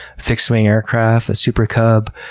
fixed-wing aircraft, a super cub.